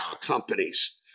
companies